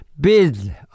bid